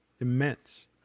immense